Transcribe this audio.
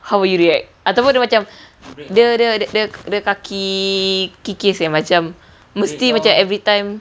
how would you react ataupun dia macam dia dia dia kaki kikis dia macam mesti macam everytime